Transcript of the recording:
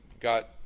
got